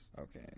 Okay